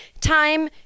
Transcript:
Time